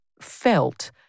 felt